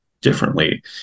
differently